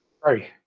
Sorry